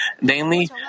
Namely